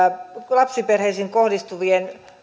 lapsiperheisiin kohdistuvien